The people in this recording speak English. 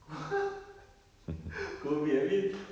COVID I mean